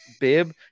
bib